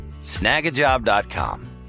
Snagajob.com